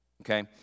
okay